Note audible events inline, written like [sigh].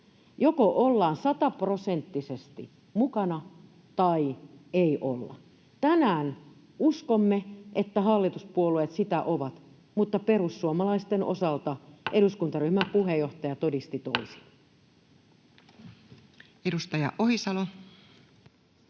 joko ollaan 100-prosenttisesti mukana tai ei olla. Tänään uskomme, että hallituspuolueet sitä ovat, mutta perussuomalaisten osalta [noise] eduskuntaryhmän puheenjohtaja todisti toisin. Edustaja Ohisalo.